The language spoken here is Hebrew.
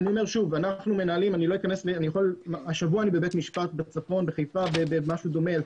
השבוע אני בבית המשפט בחיפה לגבי משהו דומה.